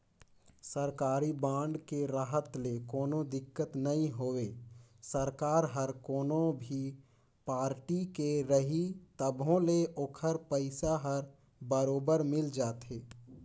सरकारी बांड के रहत ले कोनो दिक्कत नई होवे सरकार हर कोनो भी पारटी के रही तभो ले ओखर पइसा हर बरोबर मिल जाथे